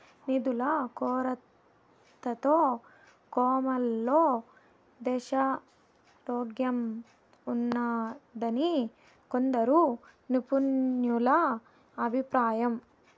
నిధుల కొరతతో కోమాలో దేశారోగ్యంఉన్నాదని కొందరు నిపుణుల అభిప్రాయం